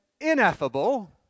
ineffable